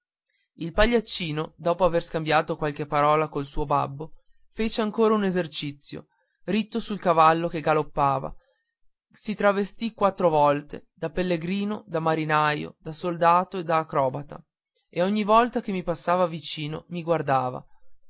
il pagliaccino dopo aver scambiato qualche parola col suo babbo fece ancora un esercizio ritto sul cavallo che galoppava si travestì quattro volte da pellegrino da marinaio da soldato da acrobata e ogni volta che mi passava vicino mi guardava